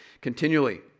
continually